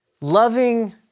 Loving